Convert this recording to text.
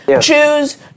Choose